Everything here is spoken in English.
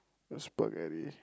spaghetti